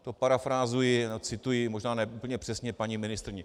To parafrázuji a cituji možná ne úplně přesně paní ministryni.